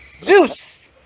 Zeus